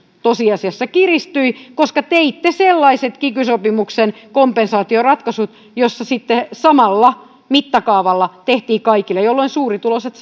tosiasiassa kiristyi koska teitte sellaiset kiky sopimuksen kompensaatioratkaisut että niitä sitten samalla mittakaavalla tehtiin kaikille jolloin suurituloiset